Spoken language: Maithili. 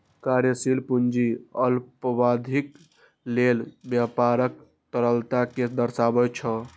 कार्यशील पूंजी अल्पावधिक लेल व्यापारक तरलता कें दर्शाबै छै